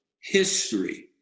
history